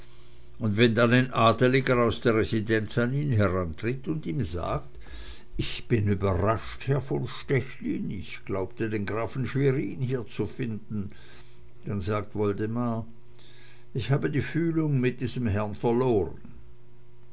und wenn dann ein adeliger aus der residenz an ihn herantritt und ihm sagt ich bin überrascht herr von stechlin ich glaubte den grafen schwerin hier zu finden dann sagt woldemar ich habe die fühlung mit diesem herrn verloren